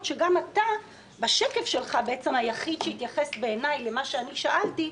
שגם אתה בשקף שלך בעצם היחיד שהתייחס לדעתי אל מה שאני שאלתי.